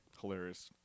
Hilarious